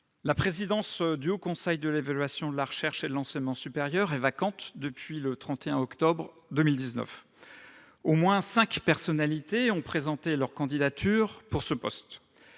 La présidence du Haut Conseil de l'évaluation de la recherche et de l'enseignement supérieur (HCERES) est vacante depuis le 31 octobre 2019. Au moins cinq personnalités ont présenté leur candidature pour ce poste,